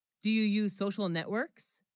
do you, use social networks,